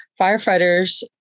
Firefighters